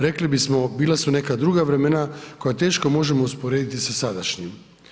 Rekli bismo bila su neka druga vremena koja teško možemo usporediti sa sadašnjim.